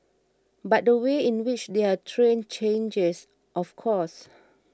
but the way in which they're trained changes of course